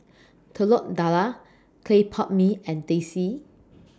Telur Dadah Clay Pot Mee and Teh C